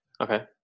Okay